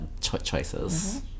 choices